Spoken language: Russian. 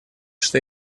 что